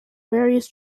various